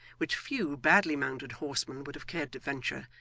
which few badly mounted horsemen would have cared to venture,